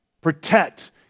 Protect